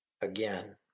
Again